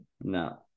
No